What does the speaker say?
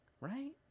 right